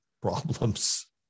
problems